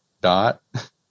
dot